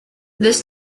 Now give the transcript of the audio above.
this